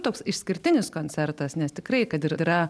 toks išskirtinis koncertas nes tikrai kad ir yra